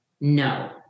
No